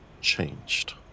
changed